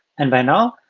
and by now,